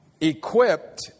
equipped